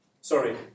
sorry